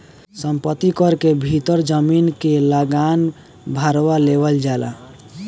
संपत्ति कर के भीतर जमीन के लागान भारवा लेवल जाला